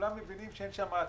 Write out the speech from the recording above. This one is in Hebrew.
כולם מבינים שאין שם עתיד.